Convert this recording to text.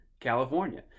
california